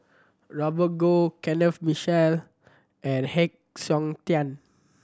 Robert Goh Kenneth Mitchell and Heng Siok Tian